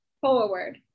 Forward